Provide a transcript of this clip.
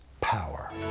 power